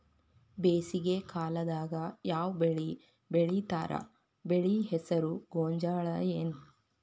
ಬೇಸಿಗೆ ಕಾಲದಾಗ ಯಾವ್ ಬೆಳಿ ಬೆಳಿತಾರ, ಬೆಳಿ ಹೆಸರು ಗೋಂಜಾಳ ಏನ್?